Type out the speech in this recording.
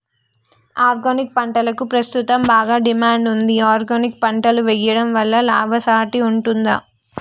Organic పంటలకు ప్రస్తుతం బాగా డిమాండ్ ఉంది ఆర్గానిక్ పంటలు వేయడం వల్ల లాభసాటి ఉంటుందా?